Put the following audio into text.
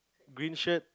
green shirt